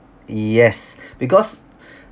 yes because